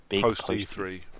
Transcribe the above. post-E3